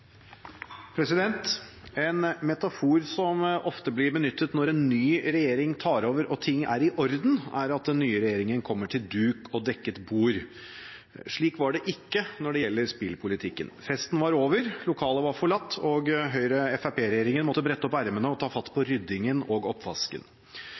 En metafor som ofte blir benyttet når en ny regjering tar over og ting er i orden, er at den nye regjeringen kommer til «duk og dekket bord». Slik var det ikke når det gjelder spillpolitikken. Festen var over, lokalet var forlatt, og Høyre–Fremskrittsparti-regjeringen måtte brette opp ermene og ta fatt på ryddingen og oppvasken.